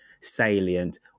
salient